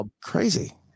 crazy